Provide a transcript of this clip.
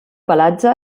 pelatge